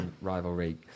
rivalry